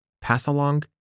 pass-along